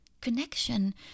Connection